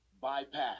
bypass